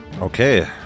Okay